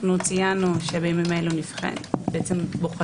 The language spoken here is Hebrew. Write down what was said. ציינו שבימים אלה בוחנים,